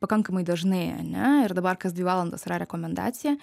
pakankamai dažnai ane ir dabar kas dvi valandas yra rekomendacija